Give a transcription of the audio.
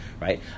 right